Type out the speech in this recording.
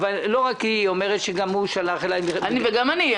היא אומרת שרק הוא שלח אליי --- וגם אני.